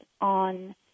on